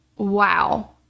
wow